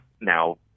now